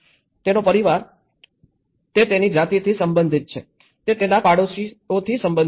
તેનો પરિવાર તે તેની જાતિથી સંબંધિત છે તે તેના પાડોશથી સંબંધિત છે